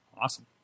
Awesome